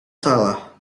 salah